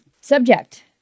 subject